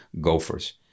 gophers